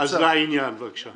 אז לעניין בבקשה.